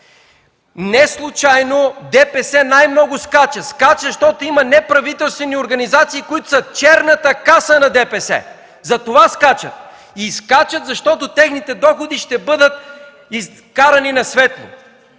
Неслучайно ДПС най-много скача. Скача, защото има неправителствени организации, които са „черната каса” на ДПС. Затова скачат! Скачат, защото техните доходи ще бъдат изкарани на светло.